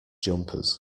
jumpers